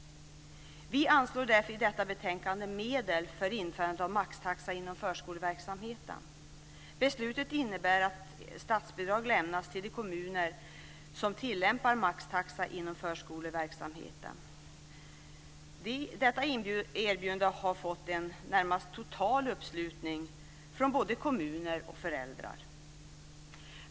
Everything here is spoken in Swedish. Vi anvisar därför i detta betänkande medel för införandet av maxtaxa inom förskoleverksamheten. Beslutet innebär att statsbidrag lämnas till de kommuner som tillämpar maxtaxa inom förskoleverksamheten. Detta erbjudande har fått en närmast total uppslutning från både kommuner och föräldrar.